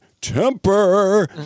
temper